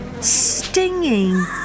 stinging